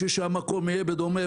בשביל שהמקום יהיה בדומה,